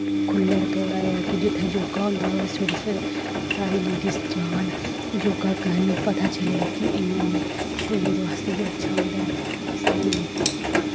खु'ल्लै थोह्ड़ा जित्थें योग होंदा होऐ सवेरैं सवेरै सारी लेडिस जान योग करन पता चलै कि इ'यां इ'यां शरीर बास्तै बी अच्छा होंदा ऐ साढ़े